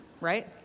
Right